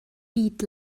eat